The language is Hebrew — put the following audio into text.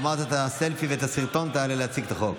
גמרת את הסלפי ואת הסרטון, תעלה להציג את החוק.